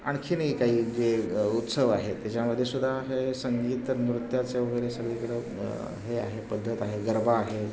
आणखीनही काही जे उत्सव आहेत त्याच्यामध्येसुद्धा हे संगीत नृत्याचं वगैरे सगळीकडे हे आहे पद्धत आहे गरबा आहे